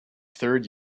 third